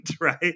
right